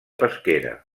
pesquera